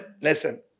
listen